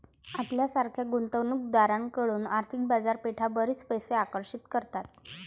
आपल्यासारख्या गुंतवणूक दारांकडून आर्थिक बाजारपेठा बरीच पैसे आकर्षित करतात